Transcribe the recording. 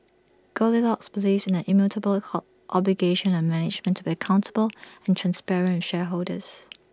goldilocks believes in the immutable obligation on management to be accountable and transparent with shareholders